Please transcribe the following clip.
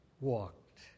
walked